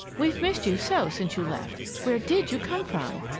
we've missed you so since you left. where did you come from?